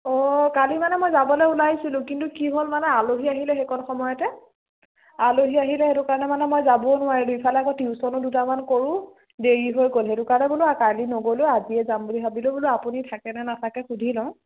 অ' কালি মানে মই যাবলৈ ওলাইছিলোঁ কিন্তু কি হ'ল মানে আলহী আহিলে সেইকণ সময়তে আলহী আহিলে সেইটো কাৰণে মানে যাবও নোৱাৰিলোঁ ইফালে আকৌ টিউশ্যন দুটামান কৰোঁ দেৰি হৈ গ'ল সেইটো কাৰণে বোলো কালি নগ'লোঁ আজিয়ে যাম বুলি ভাবিলোঁ বোলো আপুনি থাকে নে নাথাকে সুধি লওঁ